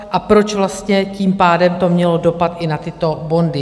A proč vlastně tím pádem to mělo dopad i na tyto bondy?